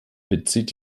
bezieht